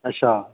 अच्छा